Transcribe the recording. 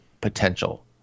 potential